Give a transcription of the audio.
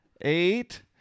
eight